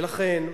ולכן,